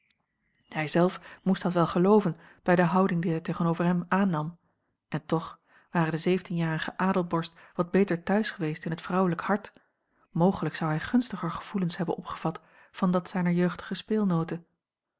stond hijzelf moest dat wel gelooven bij de houding die zij tegenover hem aannam en toch ware de zeventienjarige adelborst wat beter thuis geweest in het vrouwelijk hart mogelijk zou hij gunstiger gevoelen hebben opgevat van dat zijner jeugdige speelnoote